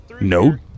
no